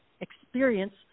experience